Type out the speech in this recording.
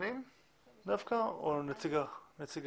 לטובת חנויות האופטיקה, בצר